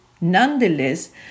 Nonetheless